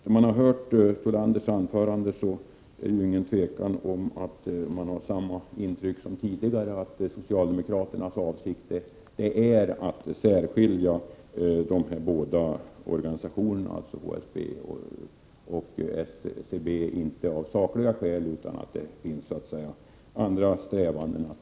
När man har hört Gunnar Thollanders anförande får man samma intryck som tidigare, nämligen att socialdemokraternas avsikt är att särskilja HSB och SBC av annat än sakliga skäl. Det finns andra strävanden.